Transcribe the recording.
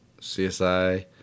CSI